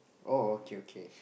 oh okay okay